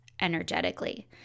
energetically